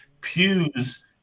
pews